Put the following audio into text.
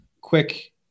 quick